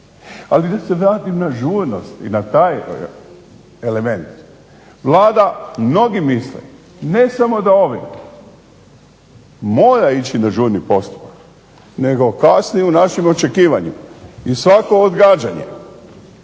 Ali da se vratim na žurnost i na taj element. Vlada, mnogi misle, ne samo da ovo mora ići na žurni postupak nego kasni u našim očekivanjima i svako odgađanje